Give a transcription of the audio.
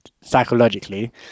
psychologically